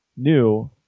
new